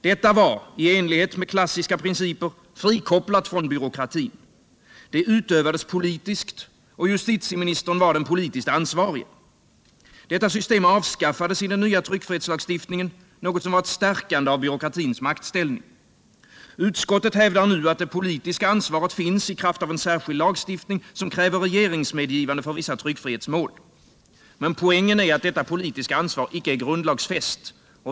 Detta var — i enlighet med klassiska principer — frikopplat från byråkratin. Det utövades politiskt och justitieministern var den politiskt ansvarige. Detta system avskaffades i den nya tryckfrihetslagstiftningen, något som var ett stärkande av byråkratins maktställning. Utskottet hävdar nu att det politiska ansvaret finns i kraft av en särskild lagstiftning, som kräver regeringsmedgivande för vissa tryckfrihetsåtal. Men poängen är att detta politiska ansvar icke är grundlagsfäst.